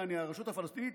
יעני הרשות הפלסטינית,